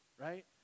right